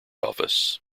office